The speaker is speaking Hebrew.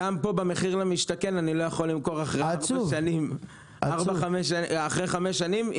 גם פה אני לא יכול למכור עד אחרי חמש שנים.